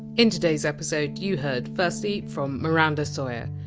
in today! s episode, you heard firstly from miranda sawyer.